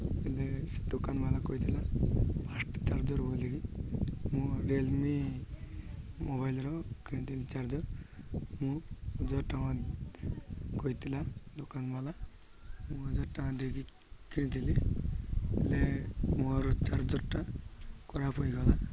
ହେଲେ ସେ ଦୋକାନବାଲା କହିଥିଲା ଫାଷ୍ଟ୍ ଚାର୍ଜର୍ ବୋଲିକି ମୁଁ ରିଏଲ୍ମି ମୋବାଇଲ୍ର କିଣିଥିଲି ଚାର୍ଜର୍ ମୁଁ ହଜାରେ ଟଙ୍କା କହିଥିଲା ଦୋକାନବାଲା ମୁଁ ହଜାରେ ଟଙ୍କା ଦେଇକି କିଣିଥିଲି ହେଲେ ମୋର ଚାର୍ଜର୍ଟା ଖରାପ ହୋଇଗଲା